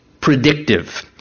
predictive